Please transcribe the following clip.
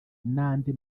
n’andi